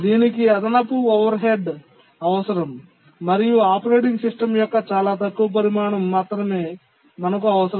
దీనికి అదనపు overhead అవసరం మరియు ఆపరేటింగ్ సిస్టమ్ యొక్క చాలా తక్కువ పరిమాణం మాత్రమే మాకు అవసరం